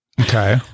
okay